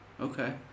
okay